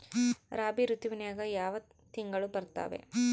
ರಾಬಿ ಋತುವಿನ್ಯಾಗ ಯಾವ ತಿಂಗಳು ಬರ್ತಾವೆ?